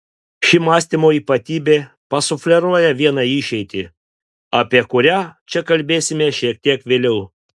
ši mąstymo ypatybė pasufleruoja vieną išeitį apie kurią čia kalbėsime šiek tiek vėliau